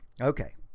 Okay